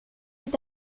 est